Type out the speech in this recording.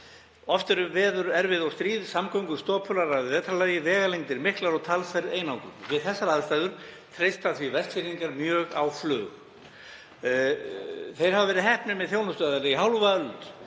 Oft eru veður erfið og stríð, samgöngur stopular að vetrarlagi, vegalengdir miklar og talsverð einangrun. Við þessar aðstæður treysta Vestfirðingar því mjög á flug. Þeir hafa verið heppnir með þjónustuaðila í hálfa öld.